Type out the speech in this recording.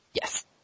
Yes